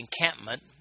encampment